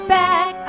back